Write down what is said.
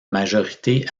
majorité